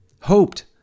hoped